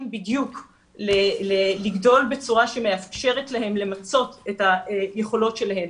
בדיוק לגדול בצורה שמאפשרת להם למצות את היכולות שלהם,